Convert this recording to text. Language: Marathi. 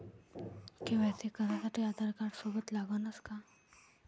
के.वाय.सी करासाठी आधारकार्ड सोबत लागनच का?